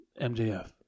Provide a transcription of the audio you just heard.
MJF